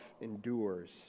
endures